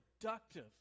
productive